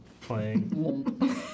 playing